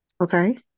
Okay